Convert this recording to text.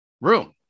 room